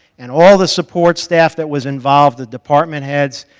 and all the support staff that was involved, the department heads,